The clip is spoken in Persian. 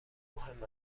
مهم